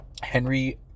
Henry